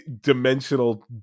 dimensional